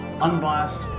unbiased